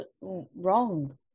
wrong